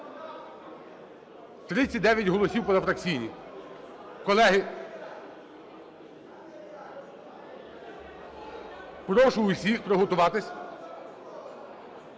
39 голосів позафракційні. Колеги, прошу всіх приготуватись.